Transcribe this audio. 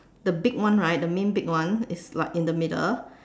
the big one right the main big one is like in the middle